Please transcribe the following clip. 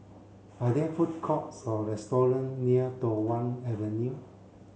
are there food courts or restaurant near Tho Wan Avenue